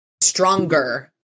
stronger